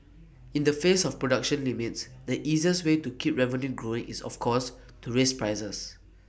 in the face of production limits the easiest way to keep revenue growing is of course to raise prices